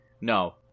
no